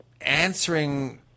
answering